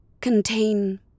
contain